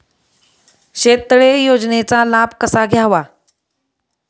शेततळे योजनेचा लाभ कसा घ्यावा?